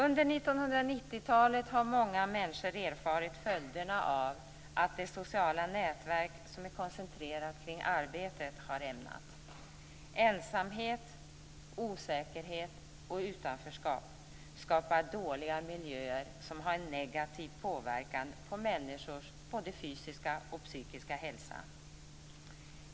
Under 1990-talet har många människor erfarit följderna av att det sociala nätverk som är koncentrerat kring arbetet har rämnat. Ensamhet, osäkerhet och utanförskap skapar dåliga miljöer, som har en negativ påverkan på männniskors både fysiska och psykiska hälsa.